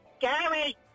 Gary